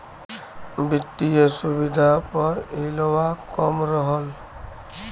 वित्तिय सुविधा प हिलवा कम रहल